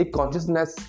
Consciousness